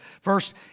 First